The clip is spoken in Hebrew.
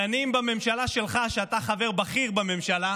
דנים בממשלה שלך, אתה חבר בכיר בממשלה,